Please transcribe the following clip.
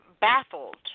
baffled